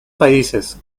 países